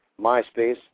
MySpace